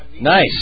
Nice